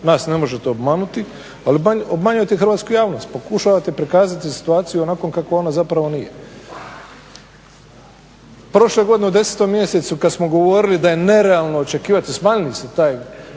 nas ne možete obmanuti ali obmanjujete hrvatsku javnost. Pokušavate prikazati situaciju onakvom kakva ona zapravo nije. Prošle godine u 10.mjesecu kada smo govorili da je nerealno očekivati, smanjili ste taj